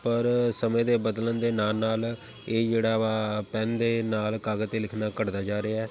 ਪਰ ਸਮੇਂ ਦੇ ਬਦਲਣ ਦੇ ਨਾਲ ਨਾਲ ਇਹ ਜਿਹੜਾ ਵਾ ਪੈੱਨ ਦੇ ਨਾਲ ਕਾਗਜ਼ 'ਤੇ ਲਿਖਣਾ ਘਟਦਾ ਜਾ ਰਿਹਾ